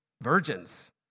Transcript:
virgins